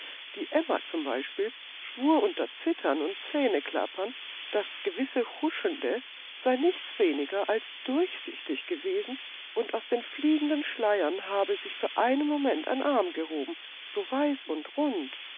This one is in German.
die emma zum beispiel schwur unter zittern und zähneklappern das gewisse huschende sei nichts weniger als durchsichtig gewesen und aus den fliegenden schleiern habe sich für einen moment ein arm gehoben so weiß und rund